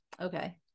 Okay